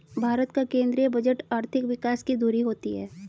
भारत का केंद्रीय बजट आर्थिक विकास की धूरी होती है